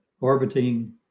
orbiting